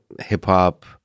hip-hop